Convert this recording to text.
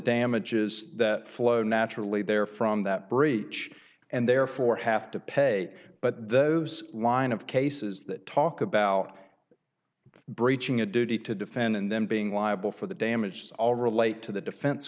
damages that flow naturally there from that breach and therefore have to pay but those line of cases that talk about breaching a duty to defend and then being liable for the damage all relate to the defense